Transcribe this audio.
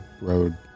road